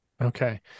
Okay